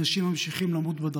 אנשים ממשיכים למות בדרכים.